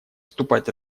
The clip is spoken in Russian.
вступать